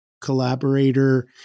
collaborator